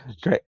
Great